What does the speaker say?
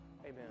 amen